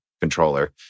controller